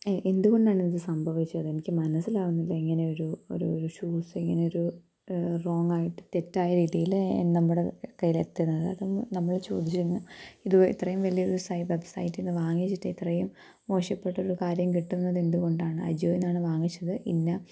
എന്തുകൊണ്ടാണിത് സംഭവിച്ചത് എനിക്ക് മനസ്സിലാവുന്നില്ല ഇങ്ങനെനെയൊരു ഒരു ഒരു ഷൂസ് ഇങ്ങനെയൊരു റോങ്ങായിട്ട് തെറ്റായ രീതിയില് നമ്മുടെ കയ്യിലെത്തുന്നത് അതൊന്നും നമ്മൾ ചോദിച്ചുചെന്ന് ഇത് ഇത്രയും വലിയ ഒരു സൈ വെബ്സൈറ്റില്നിന്നു വാങ്ങിച്ചിട്ട് ഇത്രയും മോശപ്പെട്ട ഒരു കാര്യം കിട്ടുന്നതെന്തുകൊണ്ടാണ് അജിയോന്നാണ് വാങ്ങിച്ചത് പിന്നെ